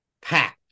packed